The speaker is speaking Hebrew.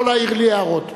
לא להעיר לי הערות.